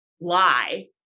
lie